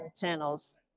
channels